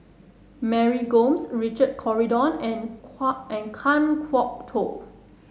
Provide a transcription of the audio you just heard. Mary Gomes Richard Corridon and and Kan Kwok Toh